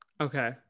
Okay